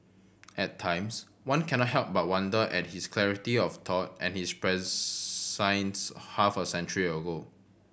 at times one cannot help but wonder at his clarity of thought and his prescience half a century ago